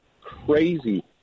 crazy